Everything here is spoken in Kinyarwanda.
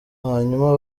hanyuma